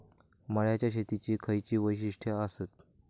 मळ्याच्या शेतीची खयची वैशिष्ठ आसत?